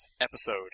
episode